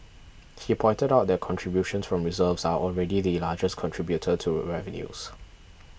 he pointed out that contributions from reserves are already the largest contributor to revenues